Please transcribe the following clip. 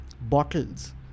bottles